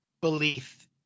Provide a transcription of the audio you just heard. belief